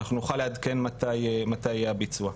אנחנו נוכל לעדכן מתי יהיה הביצוע.